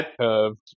curved